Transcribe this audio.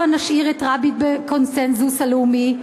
הבה נשאיר את רבין בקונסנזוס הלאומי,